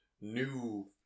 new